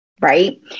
right